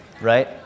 right